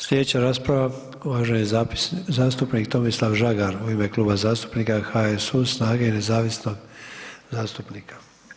Slijedeća rasprava, uvaženi zastupnik Tomislav Žagar u ime Kluba zastupnika HSU-a, SNAGA-e i nezavisnih zastupnika.